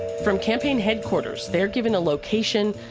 from campaign headquarters, they're given a location,